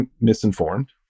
misinformed